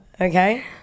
Okay